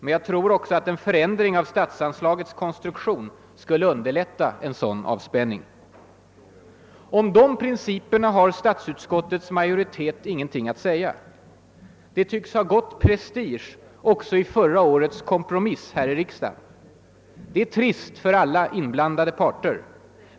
Men jag tror också att en förändring av stats anslagets konstruktion skulle underlätta en sådan avspänning. Om de principerna har statsutskottets majoritet ingenting att säga. Det tycks ha gått prestige också i förra årets kompromiss här i riksdagen. Det är trist för alla inblandade parter.